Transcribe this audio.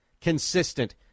consistent